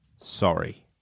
sorry